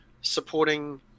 supporting